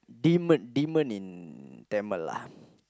demon demon in Tamil lah